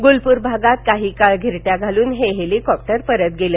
गुलपूर भागात काही काळ घिरट्या घालून हे हेलिकॉप्टर परत गेलं